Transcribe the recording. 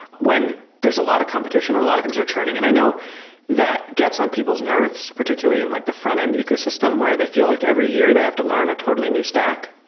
when there's a lot of competition and a lot of things are churning, and i know that gets on people's nerves, particularly in like the frontend ecosystem where they feel like every year they have to learn a totally new stack.